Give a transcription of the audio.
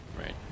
right